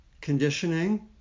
conditioning